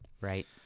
Right